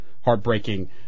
heartbreaking